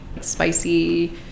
spicy